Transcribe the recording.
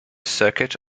circuit